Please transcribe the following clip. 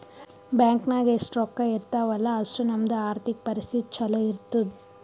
bank ನಾಗ್ ಎಷ್ಟ ರೊಕ್ಕಾ ಇರ್ತಾವ ಅಲ್ಲಾ ಅಷ್ಟು ನಮ್ದು ಆರ್ಥಿಕ್ ಪರಿಸ್ಥಿತಿ ಛಲೋ ಇರ್ತುದ್